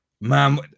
Man